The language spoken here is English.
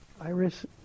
Iris